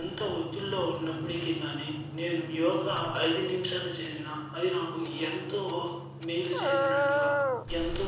ఎంత ఒత్తిడిలో ఉన్నప్పటికీ కానీ నేను యోగా ఐదు నిమిషాలు చేసినా అది నాకు ఎంతో మేలు చేసినట్టుగా ఎంతో